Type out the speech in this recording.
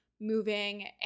moving